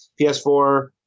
PS4